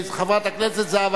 חברת הכנסת זהבה